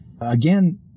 again